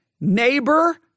neighbor